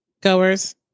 goers